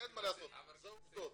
אלה עובדות.